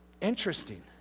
Interesting